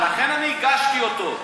שאמרה, אבל לכן אני הגשתי אותו.